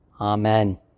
Amen